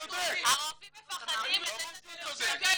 הרופאים מפחדים לתת לנו מרשמים.